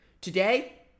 Today